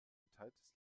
geteiltes